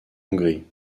hongrie